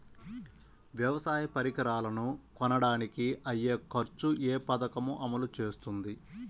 వ్యవసాయ పరికరాలను కొనడానికి అయ్యే ఖర్చు ఏ పదకము అమలు చేస్తుంది?